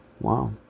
wow